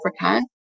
Africa